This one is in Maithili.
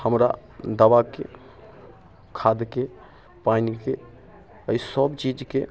हमरा दबाके खादके पानिके अइ सब चीजके